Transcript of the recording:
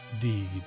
deed